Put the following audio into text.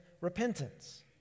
repentance